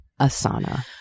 Asana